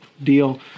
Deal